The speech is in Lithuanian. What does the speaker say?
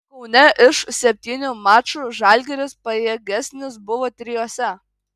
kaune iš septynių mačų žalgiris pajėgesnis buvo trijuose